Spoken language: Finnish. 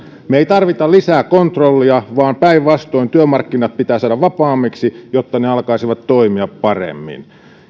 me emme tarvitse lisää kontrollia vaan päinvastoin työmarkkinat pitää saada vapaammiksi jotta ne alkaisivat toimia paremmin